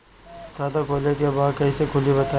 खाता खोले के बा कईसे खुली बताई?